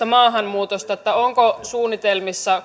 maahanmuutosta onko suunnitelmissa